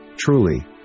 Truly